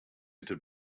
into